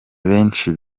benshi